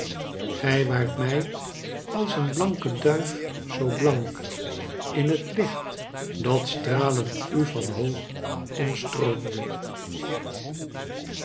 gij waart mij als een blanke duif zoo blank in t licht dat stralend u van hoog omstroomde